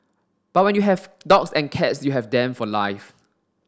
but when you have dogs and cats you have them for life